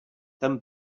them